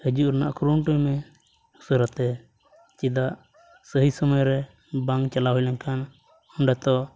ᱦᱤᱡᱩᱜ ᱨᱮᱭᱟᱜ ᱠᱩᱨᱩ ᱢᱩᱴᱩᱭᱢᱮ ᱩᱥᱟᱹᱨᱟ ᱛᱮ ᱪᱮᱫᱟᱜ ᱥᱟᱹᱦᱤ ᱥᱚᱢᱚᱭ ᱨᱮ ᱵᱟᱝ ᱪᱟᱞᱟᱣ ᱦᱩᱭ ᱞᱮᱱᱠᱷᱟᱱ ᱚᱸᱰᱮ ᱛᱚ